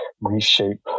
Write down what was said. reshape